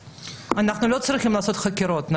אנחנו לא צריכים לעשות חקירות.